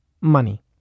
money